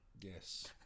Yes